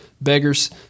beggars